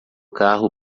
carro